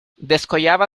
descollaba